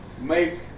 make